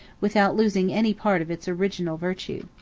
without losing any part of its original virtue.